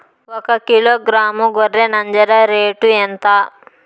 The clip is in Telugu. ఒకకిలో గ్రాము గొర్రె నంజర రేటు ఎంత?